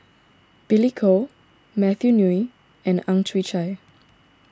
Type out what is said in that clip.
Billy Koh Matthew Ngui and Ang Chwee Chai